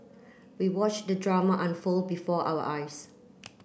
we watch the drama unfold before our eyes